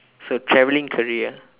so traveling career